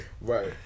Right